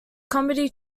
comedy